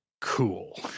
Cool